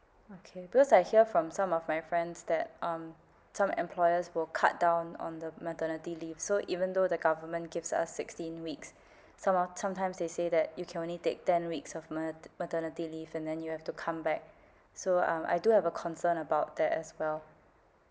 okay because I hear from some of my friends that um some employers will cut down on the maternity leave so even though the government gives us sixteen weeks some more sometimes they say that you can only take ten weeks of mat~ maternity leave and then you have to come back so um I do have a concern about that as well